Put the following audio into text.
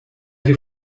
deve